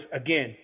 again